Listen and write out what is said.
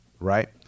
right